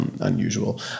unusual